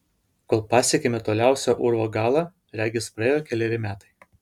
kol pasiekėme toliausią urvo galą regis praėjo keleri metai